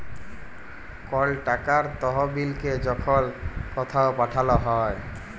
call টাকার তহবিলকে যখল কথাও পাঠাল হ্যয়